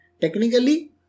Technically